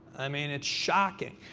i mean, it's shocking.